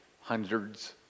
hundreds